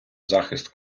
захист